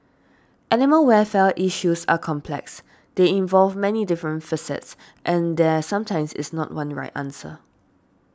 animal welfare issues are complex they involve many different facets and there sometimes is not one right answer